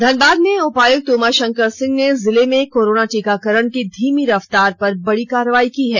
धनबाद में उपायुक्त उमा शंकर सिंह ने जिले में कोरोना टीकाकरण की धीमी रफ्तार पर बड़ी कार्रवाई की है